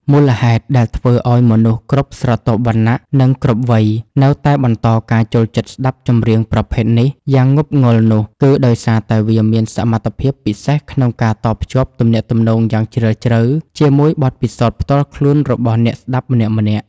មូលហេតុដែលធ្វើឱ្យមនុស្សគ្រប់ស្រទាប់វណ្ណៈ និងគ្រប់វ័យ នៅតែបន្តការចូលចិត្តស្ដាប់ចម្រៀងប្រភេទ នេះ យ៉ាងងប់ងុលនោះ គឺដោយសារតែវាមានសមត្ថភាពពិសេសក្នុងការតភ្ជាប់ទំនាក់ទំនងយ៉ាងជ្រាលជ្រៅជាមួយបទពិសោធន៍ផ្ទាល់ខ្លួនរបស់អ្នកស្ដាប់ម្នាក់ៗ។